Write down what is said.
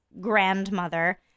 grandmother